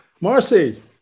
marcy